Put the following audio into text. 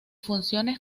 funciones